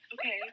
Okay